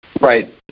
Right